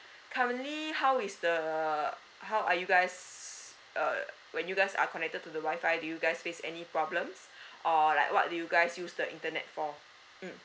currently how is the how are you guys uh when you guys are connected to the Wi-Fi do you guys face any problems or like what do you guys use the internet for mm